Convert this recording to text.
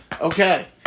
Okay